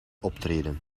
optreden